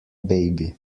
baby